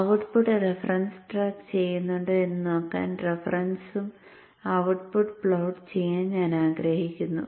output reference track ചെയ്യുന്നുണ്ടോ എന്ന് നോക്കാൻ റഫറൻസും ഔട്ട്പുട്ടും പ്ലോട്ട് ചെയ്യാൻ ഞാൻ ആഗ്രഹിക്കുന്നു